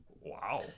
Wow